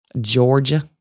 Georgia